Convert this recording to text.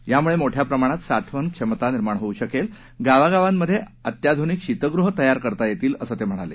यामुळं मोठ्या प्रमाणात साठवण क्षमता निर्माण होऊ शकेल गावागावात अत्याध्निक शीतगृह तयार करता येतील असं ते म्हणाले